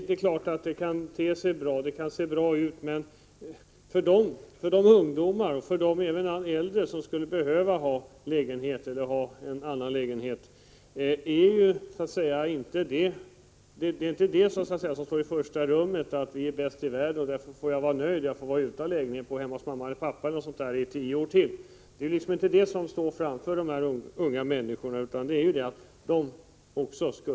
Det är klart att det kan se bra ut med den siffra som nämndes, men de ungdomar och även äldre som behöver en lägenhet eller som vill byta till en annan lägenhet frågar inte i första hand om vi är bäst i världen. De ungdomar det gäller kan inte nöja sig 107 med detta och acceptera att t.ex. bo hemma hos mamma och pappa i kanske ytterligare tio år.